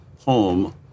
home